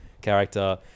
character